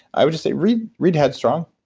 i would just say read read headstrong,